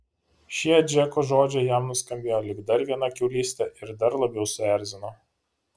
šie džeko žodžiai jam nuskambėjo lyg dar viena kiaulystė ir dar labiau suerzino